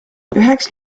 üheks